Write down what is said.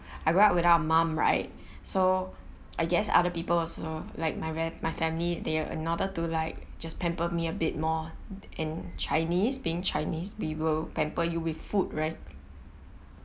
I grow up with our mum right so I guess other people also like my where my family they are in order to like just pamper me a bit more and chinese being chinese we will pamper you with food right